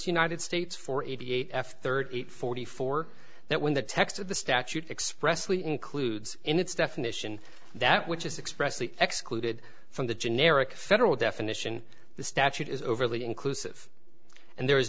united states for eighty eight f thirty eight forty four that when the text of the statute expressly includes in its definition that which is expressly excluded from the generic federal definition the statute is overly inclusive and there